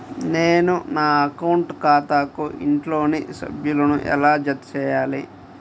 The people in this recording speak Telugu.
నేను నా అకౌంట్ ఖాతాకు ఇంట్లోని సభ్యులను ఎలా జతచేయాలి?